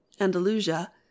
Andalusia